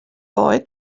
boy